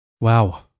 wow